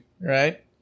right